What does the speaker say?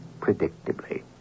Predictably